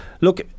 look